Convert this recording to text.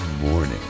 morning